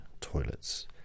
toilets